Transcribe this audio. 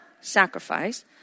sacrifice